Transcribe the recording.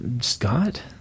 Scott